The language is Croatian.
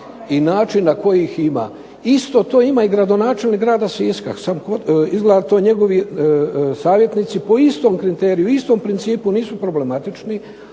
i način na koji ih ima, isto to ima i gradonačelnik grada Siska samo izgleda to njegovi savjetnici po istom kriteriju, istom principu nisu problematični